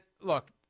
look